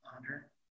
honor